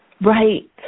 Right